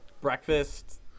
breakfast